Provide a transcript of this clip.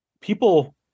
people